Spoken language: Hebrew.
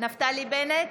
נפתלי בנט,